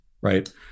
right